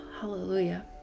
Hallelujah